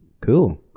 cool